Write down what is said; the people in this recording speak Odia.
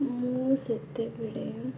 ମୁଁ ସେତେବେଳେ